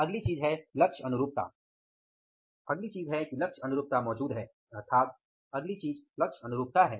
अगली चीज है लक्ष्य अनुरूपता मौजूद है अर्थात अगली चीज लक्ष्य अनुरूपता है